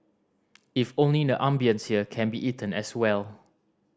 if only the ambience here can be eaten as well